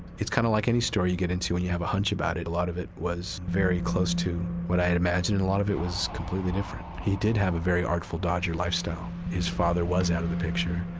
it's kind of like any story you get into when you have a hunch about it. a lot of it was very close to what i had imagined, and a lot of it was different. he did have a very artful dodger lifestyle. his father was out of the picture.